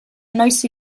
noiz